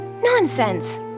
Nonsense